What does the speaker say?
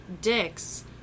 dicks